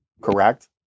Correct